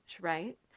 Right